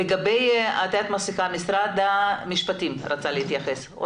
משרד המשפטים רצה להתייחס.